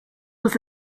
was